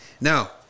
now